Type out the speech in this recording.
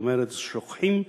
זאת אומרת, שוכחים,